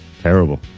terrible